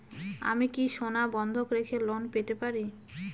আমি কি সোনা বন্ধক রেখে লোন পেতে পারি?